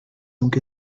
donc